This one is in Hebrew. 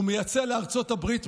והוא מייצא לארצות הברית,